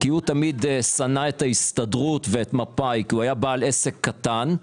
כי הוא תמיד שנא את ההסתדרות ומפא"י כי היה בעל עסק קטן.